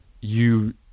you-